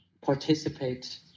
participate